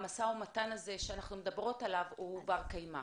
המשא-ומתן הזה שאנחנו מדברות עליו הוא בר קיימא.